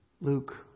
Luke